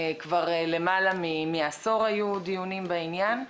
כבר למעלה מעשור היו דיונים בעניין.